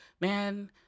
man